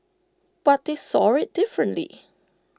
but they saw IT differently